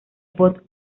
bob